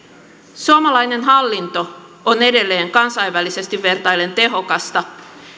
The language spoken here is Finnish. suomalainen hallinto on edelleen kansainvälisesti vertaillen tehokasta